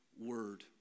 word